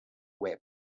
web